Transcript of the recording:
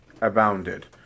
abounded